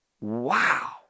Wow